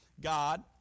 God